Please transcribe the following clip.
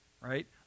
right